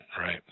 Right